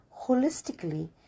holistically